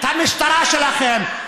את המשטרה שלכם,